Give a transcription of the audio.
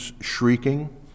shrieking